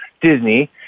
Disney